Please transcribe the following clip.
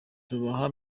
tubaha